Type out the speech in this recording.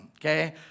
okay